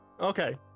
okay